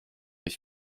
ich